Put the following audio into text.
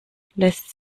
lässt